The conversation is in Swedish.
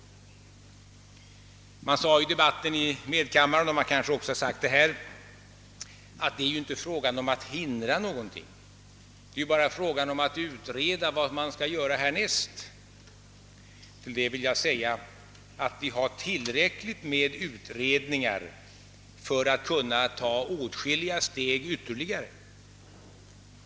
Det sades under debatten i medkammaren och har kanske också sagts här att det inte är fråga om att förhindra någonting — man skall endast utreda vad man skall göra härnäst. Jag anser emellertid att vi har tillräckligt med utredningar för att kunna ta ytterligare steg.